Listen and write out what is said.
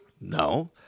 No